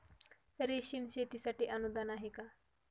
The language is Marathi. रेशीम शेतीसाठी अनुदान आहे का?